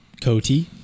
Cody